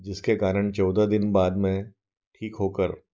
जिसके कारण चौदह दिन बाद मैं ठीक होकर